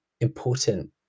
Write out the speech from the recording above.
important